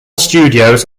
studios